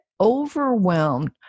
overwhelmed